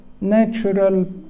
natural